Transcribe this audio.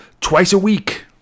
twice-a-week